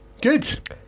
Good